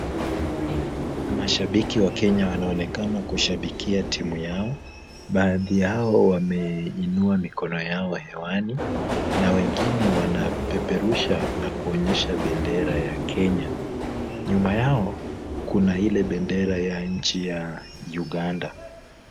Mashabiki wa Kenya wanaonekana kushabikia timu yao, baadhi yao wameinua mikono yao hewani na wengine wanapeperusha na kuonyesha bendera ya Kenya, nyuma yao kuna ile bendera ya nchi ya Uganda.